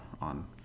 on